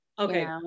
Okay